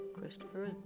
christopher